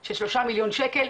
של 3,000,000 שקל.